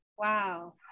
Wow